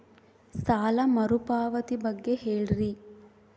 ಸಾಲ ಮರುಪಾವತಿ ಬಗ್ಗೆ ಹೇಳ್ರಿ?